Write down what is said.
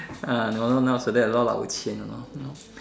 ah no wonder nowadays a lot of 老千 you know now